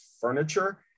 furniture